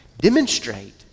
demonstrate